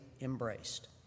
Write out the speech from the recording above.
embraced